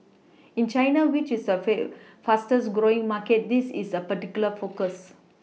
in China which is surface fastest growing market this is a particular focus